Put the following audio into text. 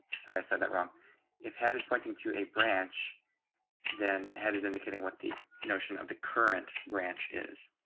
sorry i said that wrong if had is pointing to a branch then head is indicating what the notion of the current branch is